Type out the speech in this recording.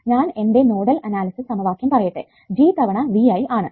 ഞാൻ എൻറെ nodal analysis സമവാക്യം പറയട്ടെ G തവണ V I ആണ്